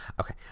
okay